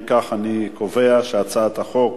אם כך, אני קובע שהצעת חוק